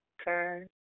Okay